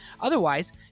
otherwise